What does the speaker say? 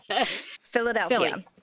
Philadelphia